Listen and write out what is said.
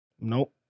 Nope